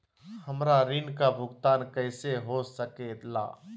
हमरा ऋण का भुगतान कैसे हो सके ला?